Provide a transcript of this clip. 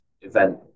event